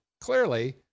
Clearly